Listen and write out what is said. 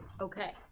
okay